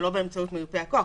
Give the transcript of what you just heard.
שלא באמצעות מיופה הכוח.